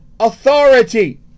authority